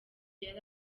yari